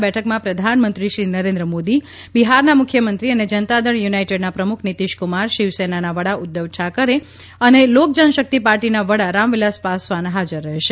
આ બેઠકમાં પ્રધાનમંત્રીશ્રી નરેન્દ્ર મોદી બિહારના મુખ્યમંત્રી અને જનતાદલ યુનાઈટેડના પ્રમુખ નિતિશકુમાર શિવસેનાના વડા ઉદ્ધવ ઠાકરે અને લોકજનશક્તિ પાર્ટીના વડા રામવિલાસ પાસવાન હાજર રહેશે